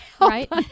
Right